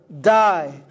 die